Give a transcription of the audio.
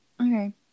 Okay